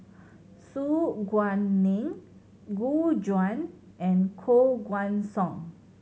Su Guaning Gu Juan and Koh Guan Song